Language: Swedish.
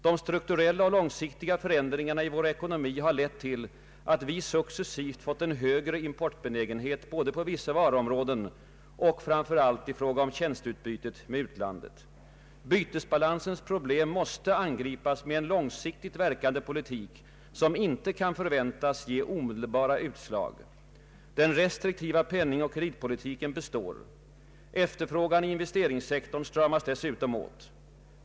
——— De strukturella och långsiktiga förändringarna i vår ekonomi har lett till att vi successivt fått en högre importbenägenhet, både på vissa varuområden och — framför allt — i fråga om tjänsteutbytet med utlandet. ——— Bytesbalansens problem måste angripas med en långsiktigt verkande politik, som inte kan förväntas ge omedelbara utslag. ——— Den restriktiva penningoch kreditpolitiken består. Efterfrågan inom investeringssektorn stramas dessutom åt.